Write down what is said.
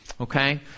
Okay